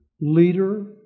leader